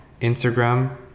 Instagram